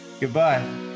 Goodbye